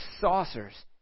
saucers